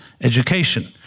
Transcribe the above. education